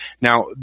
Now